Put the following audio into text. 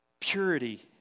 purity